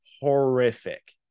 horrific